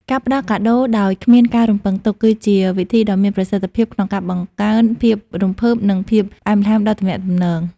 ការផ្ដល់កាដូដោយគ្មានការរំពឹងទុក គឺជាវិធីដ៏មានប្រសិទ្ធភាពក្នុងការបង្កើនភាពរំភើប និងភាពផ្អែមល្ហែមដល់ទំនាក់ទំនង។